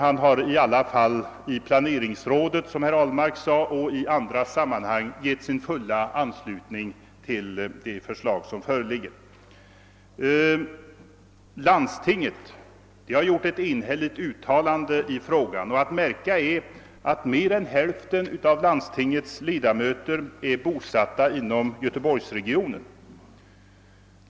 Han har i alla fall i planeringsrådet, vilket herr Ahlmark också nämnde, och i andra sammanhang givit sin anslutning till det förslag som föreligger. Landstinget har gjort ett enhälligt uttalande i frågan. Att märka är att mer än hälften av landstingets ledamöter är bosatta inom Göteborgsregionen.